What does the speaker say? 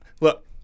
Look